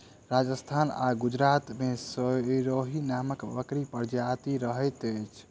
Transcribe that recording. राजस्थान आ गुजरात मे सिरोही नामक बकरीक प्रजाति रहैत अछि